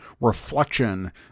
reflection